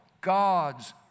God's